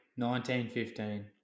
1915